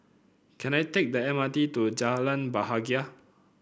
can I take the M R T to Jalan Bahagia